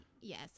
Yes